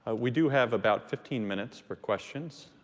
ah we do have about fifteen minutes for questions.